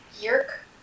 Yerk